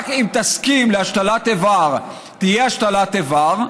רק אם תסכים להשתלת איבר תהיה השתלת איבר,